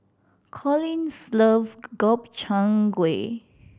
Colin's love Gobchang Gui